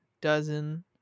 dozen